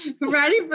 ready